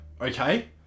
Okay